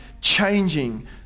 changing